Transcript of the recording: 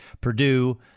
Purdue